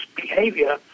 behavior